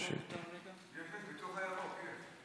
אמרו לי שהשאילתה הזאת תהיה בבוקר.